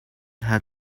had